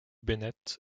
bennett